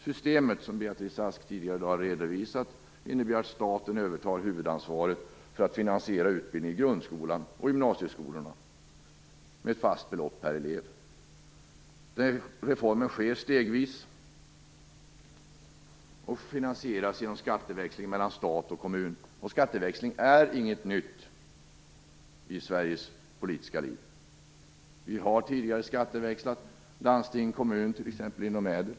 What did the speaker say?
Systemet, som Beatrice Ask tidigare i dag har redovisat, innebär att staten övertar huvudansvaret för att finansiera utbildningen i grund och gymnasieskolorna med ett fast belopp per elev. Reformen sker stegvis och finansieras genom skatteväxling mellan stat och kommun. Skatteväxling är inget nytt i Sveriges politiska liv. Vi har tidigare skatteväxlat i Sverige, t.ex. mellan landsting och kommun genom ÄDEL.